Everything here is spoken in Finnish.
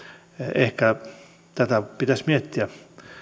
ehkä tätä pitäisi miettiä